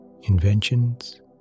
inventions